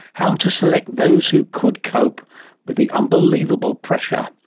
how to select those who could cope with the unbelievable pressure.